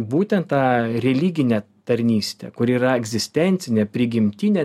būtent tą religinę tarnystę kuri yra egzistencinė prigimtinė